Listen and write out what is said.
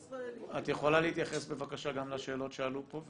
את יכולה להתייחס בבקשה גם לשאלות שעלו פה,